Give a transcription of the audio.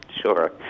sure